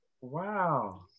Wow